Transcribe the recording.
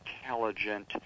intelligent